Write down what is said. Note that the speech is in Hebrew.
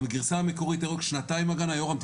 בגרסה המקורית היו רק שנתיים הגנה יורם,